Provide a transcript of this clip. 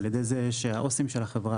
על ידי זה שהעו"סים של החברה,